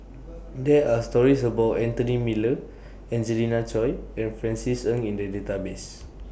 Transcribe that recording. There Are stories about Anthony Miller Angelina Choy and Francis Ng in The Database